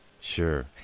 sure